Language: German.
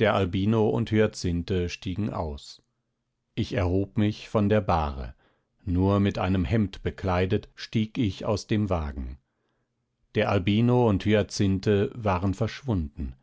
der albino und hyacinthe stiegen aus ich erhob mich von der bahre nur mit einem hemd bekleidet stieg ich aus dem wagen der albino und hyacinthe waren verschwunden